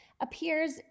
appears